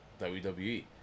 WWE